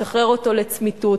לשחרר אותו לצמיתות.